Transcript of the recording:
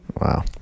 Wow